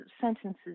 sentences